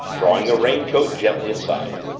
drawing the raincoat gently aside.